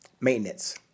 maintenance